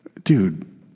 Dude